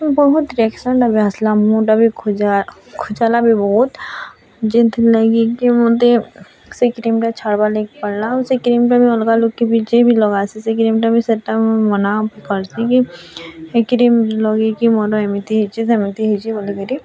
ବହୁତ୍ ରିଆକସନ୍ ଏବେ ଆସଲା ମୁହଁଟା ବି ଖୁଜା ଖୁଜାଲା ବି ବହୁତ୍ ଯେନ୍ ଥିର୍ ଲାଗି କି ମୁଁତେ ସେ କ୍ରିମ୍ଟା ଛାଡ଼ବାର୍ ଲାଗି ପଡ଼ଲା ଆଉ ସେ କ୍ରିମ୍ଟା ବି ଅଲଗା ଲୋକ୍ କେ ବି ଯିଏ ବି ଲଗାସି ସେ କ୍ରିମ୍ଟା ବି ସେଇଟା ବି ମୁଁ ମନା ବି କରସିଁ କି ସେ କ୍ରିମ୍ ଲଗେଇକି ମୋର ଏମିତି ହେଇଛି ସେମିତି ହେଇଛି ବୋଲିକରି